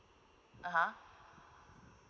(uh huh)